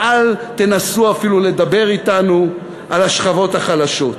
ואל תנסו אפילו לדבר אתנו על השכבות החלשות.